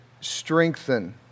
strengthen